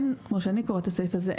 כמו שאני קוראת לסעיף הזה,